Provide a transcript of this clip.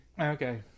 Okay